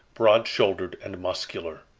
broad-shouldered, and muscular.